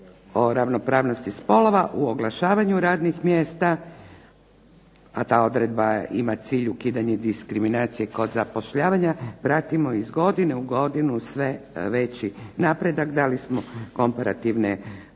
o ravnopravnosti spolova u oglašavanju radnih mjesta a ta odredba ima cilj ukidanje diskriminacije kod zapošljavanja, pratimo iz godine u godinu sve veći napredak dali smo komparativne analize